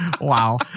Wow